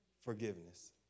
Forgiveness